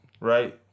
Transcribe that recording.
right